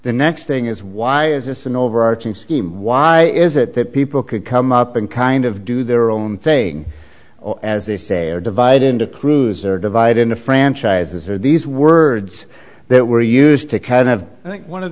the next thing is why is this an overarching scheme why is it that people could come up and kind of do their own thing or as they say are divided into crews are divided into franchises are these words that were used to kind of one of